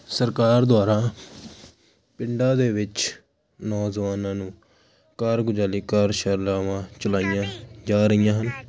ਸਰਕਾਰ ਦੁਆਰਾ ਪਿੰਡਾਂ ਦੇ ਵਿੱਚ ਨੌਜਵਾਨਾਂ ਨੂੰ ਕਾਰਗੁਜ਼ਾਰੀ ਕਾਰਜਸ਼ਾਲਾਵਾਂ ਚਲਾਈਆਂ ਜਾ ਰਹੀਆਂ ਹਨ